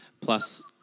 Plus